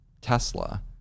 Tesla